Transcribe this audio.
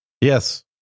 yes